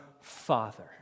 Father